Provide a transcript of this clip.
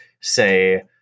say